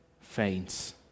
faints